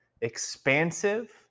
expansive